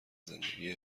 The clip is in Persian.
زندگی